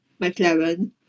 McLaren